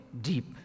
deep